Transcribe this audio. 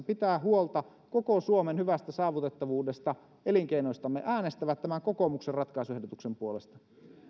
pitää huolta koko suomen hyvästä saavutettavuudesta ja elinkeinoistamme äänestävät tämän kokoomuksen ratkaisuehdotuksen puolesta